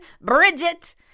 Bridget